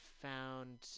found